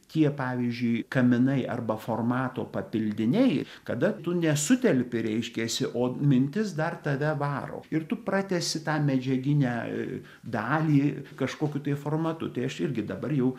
tie pavyzdžiui kaminai arba formato papildiniai kada tu nesutelpi reiškiasi o mintis dar tave varo ir tu pratęsi tą medžiaginę dalį kažkokiu tai formatu tai aš irgi dabar jau